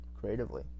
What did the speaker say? creatively